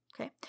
Okay